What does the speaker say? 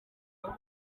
zabo